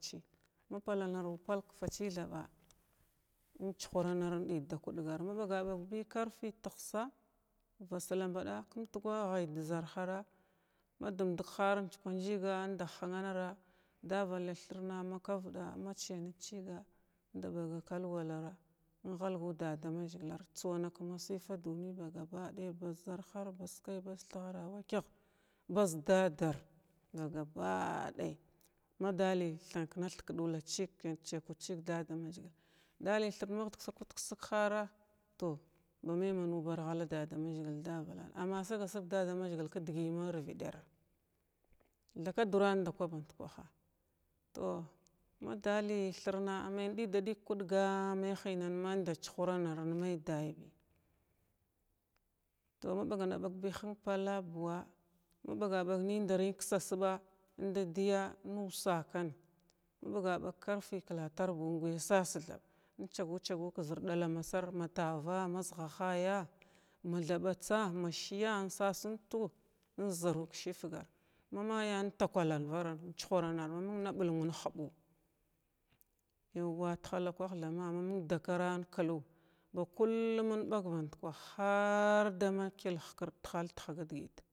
Ma palanu palg ka fachi thaɓa in chuhranar in ɗaba ka kuɗga ma ɓaɓag ku karfi təhsaa baslambada kum tugwa ghay da zarhara ma dum dəg har nkwa njəga inda hinaraya davaləythirna ma krvaɗa ma chiyanət chiga a ɓagak kal walara in ghalgu dadamazagila hutswana ƙa masiya nduniya ba gabaɗaya baz zərha baz kay baz thikarawachah baz daddar daga dai madalay thiknathing ka ɗola chig karan chikutching dadamazəgil daləy thirn makasakutkasig lara’a tow ba may manubar ghala dadamazəgil davalan amma sirgasirg ka dadamazəgil ka dəgəy marvɗara takaduran ndakəy bandkwaha tow madali thirna ammay indida ɗig kakuɗga a may hənamma inda chuhuran rama in may dayyə tow maɓagawa ɓag nay hənga pala, buuwa ma ɓagaɓag nindararən ka sasɓa inɗaɗaya in wusakan ma ɓagaɓang sarti ktatar buu ingya sasthaɓ in chagn- chagu ka zər ɗala masar ma tava ma zəhahaya, ma thaɓɓatsa, ma shiya in sasa intoo inzaroo ka shigar ma mayya in takalarvana in churannaya maməng na ɓulnwa in huɓu yauwa tahakwah thama ma məng dakara inklu ba kuhun inbag bandkwah har da ma kil hkird tahal-tikg nadəgət.